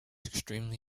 extremely